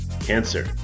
cancer